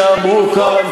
לקרוא את הדברים שאמרו כאן